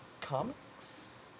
comics